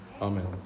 Amen